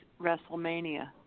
WrestleMania